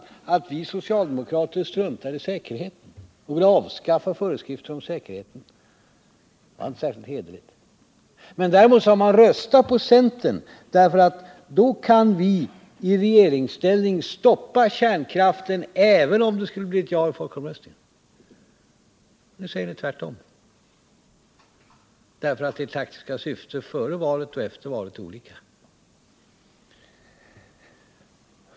Man sade att vi socialdemokrater struntar i säkerheten och vill avskaffa säkerhetsföreskrifterna. Det var inte särskilt hederligt. Man sade vidare: Rösta på centern, för då kan vi i regeringsställning stoppa kärnkraften, även om det skulle bli ett ja i folkomröstningen. Nu säger ni tvärtom, därför att era taktiska syften före valet och efter valet är olika.